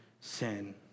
sin